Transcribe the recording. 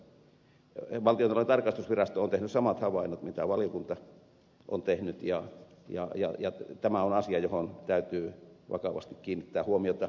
valtiontalouden tarkastusvirasto on tehnyt samat havainnot jotka valiokunta on tehnyt ja tämä on asia johon täytyy vakavasti kiinnittää huomiota